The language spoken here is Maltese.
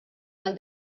għal